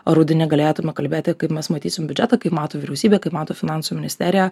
rudenį galėtume kalbėti kaip mes matysim biudžetą kaip mato vyriausybė kaip mato finansų ministerija